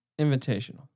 invitational